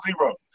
zero